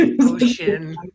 ocean